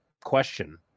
question